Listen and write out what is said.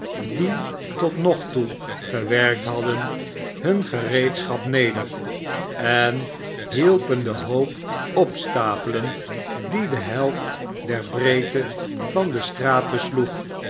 die tot nog toe gewerkt hadden hun gereedschap neder en hielpen den hoop opstapelen die de helft der breedte vandestraat besloeg